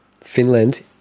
Finland